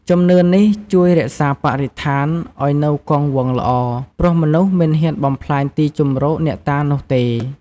ជំនឿនេះជួយរក្សាបរិស្ថាន ឱ្យនៅគង់វង្សល្អ ព្រោះមនុស្សមិនហ៊ានបំផ្លាញទីជម្រកអ្នកតានោះទេ។